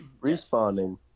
Responding